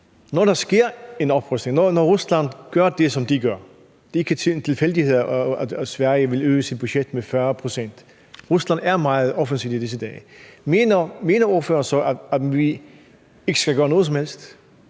når der sker en oprustning, når Rusland gør det, som de gør, og det kan være tilfældigheder, at Sverige vil øge sit budget med 40 pct., og Rusland er meget offensive i disse dage, mener ordføreren så, at vi ikke skal gøre noget som helst,